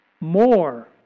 more